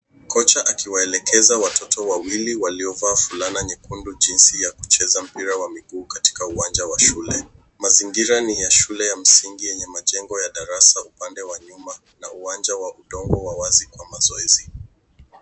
Kocha akiwaelekeza watoto wawili waliovaa fulana nyekundu jinsi ya kucheza mpira wa miguu katika uwanja wa shule. Mazingira ni ya shule ya msingi yenye majengo ya darasa upande wa nyuma na uwanja wa udongo wa wazi kwa mazoezi.